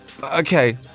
Okay